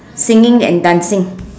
singing and dancing